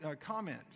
comment